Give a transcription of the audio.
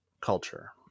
culture